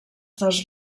dels